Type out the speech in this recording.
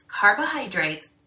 carbohydrates